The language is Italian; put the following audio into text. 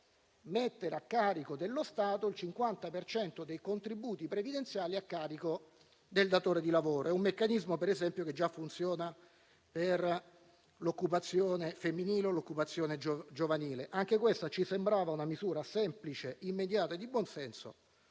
ponendo a carico dello Stato il 50 per cento dei contributi previdenziali a carico del datore di lavoro. È un meccanismo che, per esempio, già funziona per l'occupazione femminile o l'occupazione giovanile. Anche questa ci sembrava una misura semplice, immediata e di buon senso,